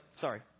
sorry